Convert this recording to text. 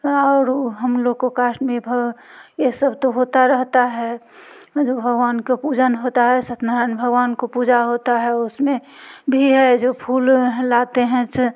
और वो हम लोग को कास्ट में भ ये सब तो होता रहता है जो भगवान को पूजन होता है सत्यनारायण भगवान की पूजा होती है उस में भी है जो फूल लाते हैं